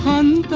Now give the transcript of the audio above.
one